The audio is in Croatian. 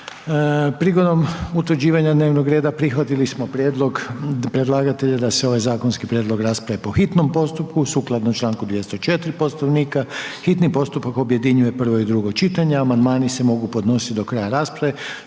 prigodom utvrđivanja dnevnog reda prihvaćen je prijedlog predlagatelja da se ovaj zakonski prijedlog raspravi po hitnom postupku. Sukladno članku 204. Poslovnika hitni postupak objedinjuje prvo i drugo čitanje a amandmani se mogu podnositi do kraja rasprave